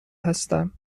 هستم